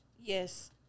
Yes